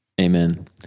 Amen